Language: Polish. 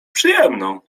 przyjemną